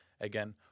again